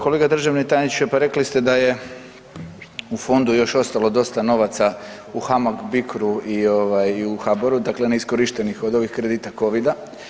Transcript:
Kolega državni tajniče pa rekli ste da je u fondu još ostalo dosta novaca u HAMAG BICRO-u i dakle HBOR-u, dakle neiskorištenih od ovih kredita covida.